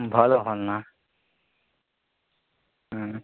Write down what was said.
ଭଲ ଭଲ ନା ହୁଁ